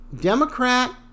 Democrat